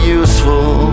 useful